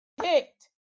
picked